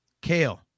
kale